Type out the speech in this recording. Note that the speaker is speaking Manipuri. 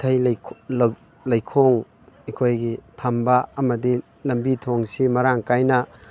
ꯏꯊꯩ ꯂꯩꯈꯣꯡ ꯑꯩꯈꯣꯏꯒꯤ ꯊꯝꯕ ꯑꯃꯗꯤ ꯂꯝꯕꯤ ꯊꯣꯡꯁꯤ ꯃꯔꯥꯡ ꯀꯥꯏꯅ